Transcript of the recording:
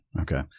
Okay